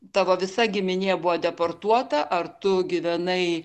tavo visa giminė buvo deportuota ar tu gyvenai